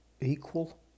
equal